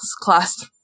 class